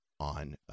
on